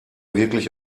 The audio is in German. wirklich